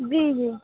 जी जी